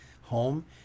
home